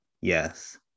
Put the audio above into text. Yes